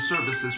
services